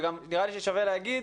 גם נראה לי ששווה להגיד